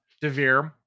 Devere